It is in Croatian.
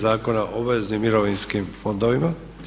Zakona o obveznim mirovinskim fondovima.